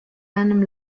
einem